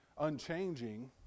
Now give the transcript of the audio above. unchanging